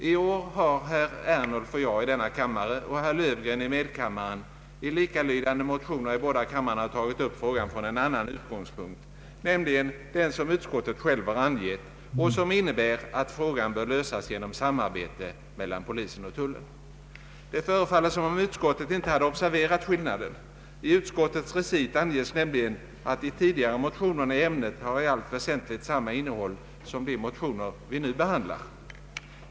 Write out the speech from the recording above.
I år har herr Ernulf och jag i denna kammare och herr Löfgren i medkammaren i likalydande motioner i båda kamrarna tagit upp frågan från en annan utgångspunkt, nämligen den som utskottet självt har angett och som innebär, att frågan bör lösas genom samarbete mellan polisen och tullen. Det förefaller som om utskottet inte hade observerat skillnaden. I utskottets recit anges nämligen att de tidigare motionerna i ämnet har i allt väsentligt samma innehåll som de motioner vi nu behandlar.